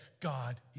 God